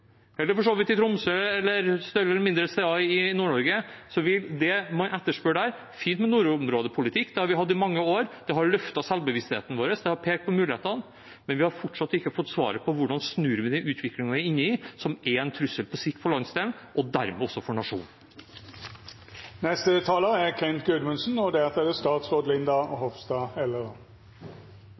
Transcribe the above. eller for så vidt i Tromsø eller større eller mindre steder i Nord-Norge, vil det man etterspør der – det er fint med nordområdepolitikk, det har vi hatt i mange år, det har løftet selvbevisstheten vår, det har pekt på mulighetene – være noe vi fortsatt ikke har fått: svaret på hvordan snur vi den utviklingen vi er inne i, som på sikt er en trussel for landsdelen og dermed også for